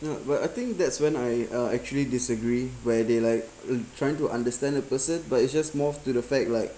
well I think that's when I uh actually disagree where they like trying to understand a person but it's just more to the fact like